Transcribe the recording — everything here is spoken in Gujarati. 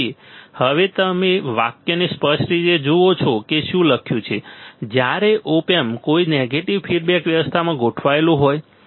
તેથી હવે તમે વાક્યને સ્પષ્ટ રીતે જુઓ છો કે શું લખ્યું છે જ્યારે ઓપ એમ્પ કોઈપણ નેગેટિવ ફીડબેક વ્યવસ્થામાં ગોઠવેલું હોય